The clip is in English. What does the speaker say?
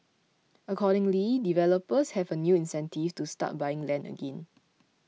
accordingly developers have a new incentive to start buying land again